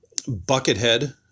buckethead